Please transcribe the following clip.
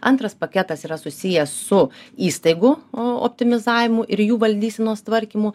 antras paketas yra susijęs su įstaigų optimizavimu ir jų valdysenos tvarkymu